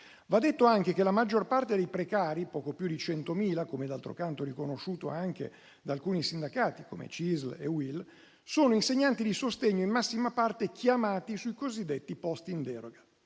Va detto anche che la maggior parte dei precari - poco più di 100.000, come d'altro canto riconosciuto anche da alcuni sindacati come CISL e UIL - sono insegnanti di sostegno in massima parte chiamati sui cosiddetti posti in deroga.